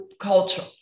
culture